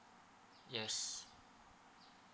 yes